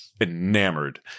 enamored